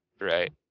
Right